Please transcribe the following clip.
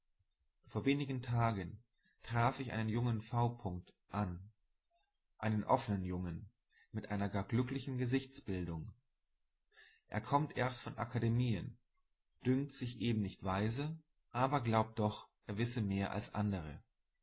vor wenig tagen traf ich einen jungen v an einen offnen jungen mit einer gar glücklichen gesichtsbildung er kommt erst von akademien dünkt sich eben nicht weise aber glaubt doch er wisse mehr als andere